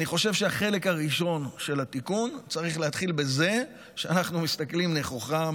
אני חושב שהחלק הראשון של התיקון צריך להתחיל בזה שאנחנו מסתכלים נכוחה,